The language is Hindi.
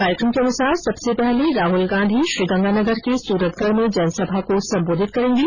कार्यक्रम के अनुसार सबसे पहले राहल गांधी श्रीगंगानगर के सूरतगढ में जनसभा को संबोधित करेंगे